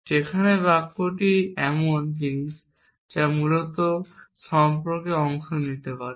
যেখানে ব্যক্তিরা এমন জিনিস যা মূলত সম্পর্কে অংশ নিতে পারে